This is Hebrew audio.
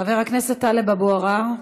חבר הכנסת טלב אבו עראר,